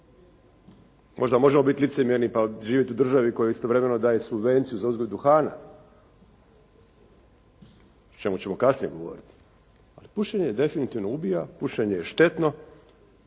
Možda možemo biti licemjerni pa živjeti u državi koja istovremeno daje subvenciju za uzgoj duhana o čemu ćemo kasnije govoriti ali pušenje definitivno ubija, pušenje je štetno